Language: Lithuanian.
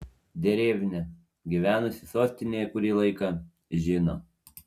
derevnia gyvenusi sostinėje kurį laiką žino